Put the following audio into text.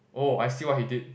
oh I see what he did